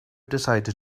decided